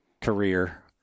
career